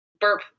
burp